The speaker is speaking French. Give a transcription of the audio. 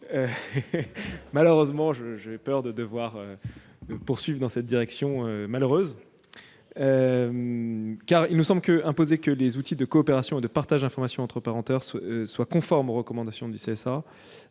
reprendre ! J'ai peur de devoir poursuivre dans cette direction malheureuse, car il nous semble qu'imposer que les outils de coopération et de partage d'informations entre opérateurs soient conformes aux recommandations du CSA